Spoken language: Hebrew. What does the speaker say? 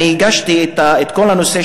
אני הגשתי את כל הנושא,